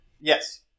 Yes